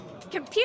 Computer